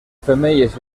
femelles